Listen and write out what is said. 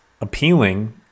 appealing